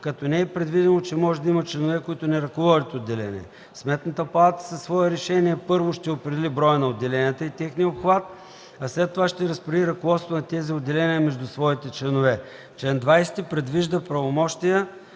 като не е предвидено, че може да има членове, които не ръководят отделение. Сметната палата със свое решение, първо, ще определи броя на отделенията и техния обхват, а след това ще разпредели ръководството на тези отделение между своите членове. Член 20 предвижда правомощия